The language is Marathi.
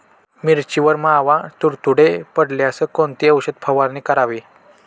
मिरचीवर मावा, तुडतुडे पडल्यास कोणती औषध फवारणी करावी?